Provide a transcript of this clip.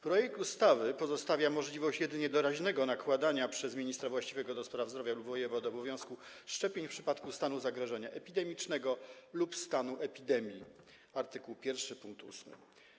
Projekt ustawy pozostawia możliwość jedynie doraźnego nakładania przez ministra właściwego do spraw zdrowia lub wojewodę obowiązku szczepień w przypadku stanu zagrożenia epidemicznego lub stanu epidemii, art. 1 pkt 8.